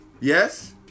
Yes